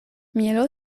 mielo